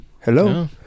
Hello